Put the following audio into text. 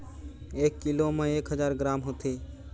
एक कीलो म एक हजार ग्राम होथे